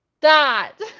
dot